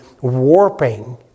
warping